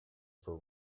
for